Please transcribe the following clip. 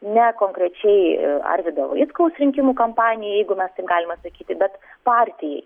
ne konkrečiai arvydo vaitkaus rinkimų kampanijai jeigu mes taip galime sakyti bet partijai